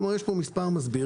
כלומר יש כאן מספר הסברים,